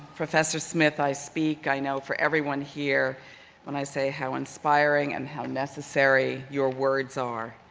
professor smith i speak, i know for everyone here when i say how inspiring and how necessary your words are,